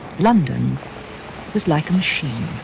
london was like a machine.